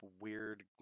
weird